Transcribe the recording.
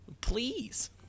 Please